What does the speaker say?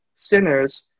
sinners